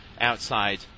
outside